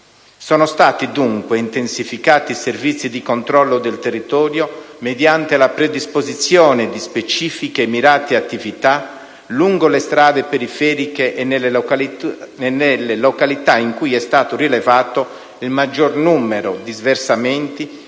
Sono stati intensificati, dunque, i servizi di controllo del territorio mediante la predisposizione di specifiche e mirate attività lungo le strade periferiche e nelle località in cui è stato rilevato il maggiore numero di sversamenti.